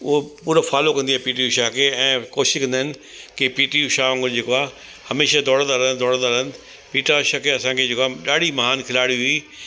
उहो पूरो फॉलो कंदी आहे पीटी उषा खे ऐं कोशिशि कंदा आहिनि कि पीटी उषा वांग़ुरु जेको आहे हमेशह दौड़ंदा रहनि दौड़ंदा रहनि पीटी उषा खे असांखे जेको आहे ॾाढी महान खिलाड़ी हुई